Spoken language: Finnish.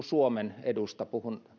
suomen edusta